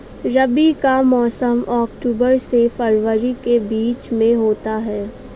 रबी का मौसम अक्टूबर से फरवरी के बीच में होता है